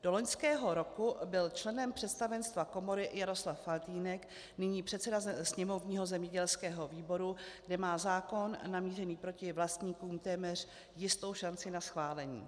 Do loňského roku byl členem představenstva komory Jaroslav Faltýnek, nyní předseda sněmovního zemědělského výboru, kde má zákon namířený proti vlastníkům téměř jistou šanci na schválení.